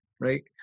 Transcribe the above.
right